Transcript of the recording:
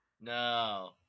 no